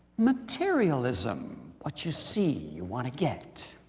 materialism what you see, you want to get.